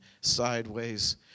sideways